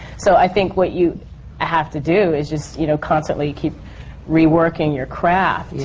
so i think what you have to do is just you know, constantly keep reworking your craft,